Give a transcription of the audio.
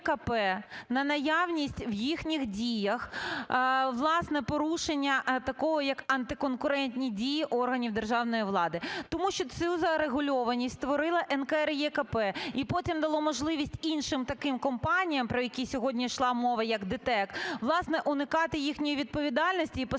на наявність в їхніх діях власне порушення такого як антиконкурентні дії органів державної влади, тому що цю зарегульованість створила НКРЕКП. І потім дала можливість іншим таким компаніям, про які сьогодні йшла мова як ДТЕК власне уникати їхньої відповідальності і посилатися